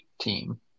team